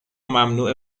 ممنوعه